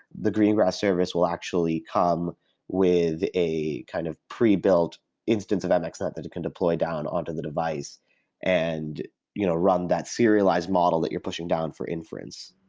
the greengrass service will actually come with a kind of prebuilt instance of mxnet that can deploy down on to the device and you know run that serialized model that you're pushing down for inference.